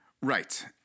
Right